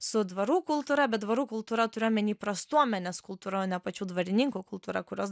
su dvarų kultūra bet dvarų kultūra turiu omeny prastuomenės kultūra o ne pačių dvarininkų kultūra kurios